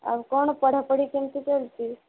ଆଉ କ'ଣ ପଢ଼ାପଢ଼ି କେମିତି ଚାଲିଛି